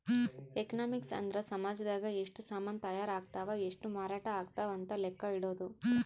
economics ಅಂದ್ರ ಸಾಮಜದಾಗ ಎಷ್ಟ ಸಾಮನ್ ತಾಯರ್ ಅಗ್ತವ್ ಎಷ್ಟ ಮಾರಾಟ ಅಗ್ತವ್ ಅಂತ ಲೆಕ್ಕ ಇಡೊದು